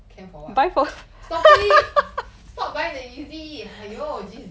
camp for what stop it stop buying the Yeezy !aiyo! jeez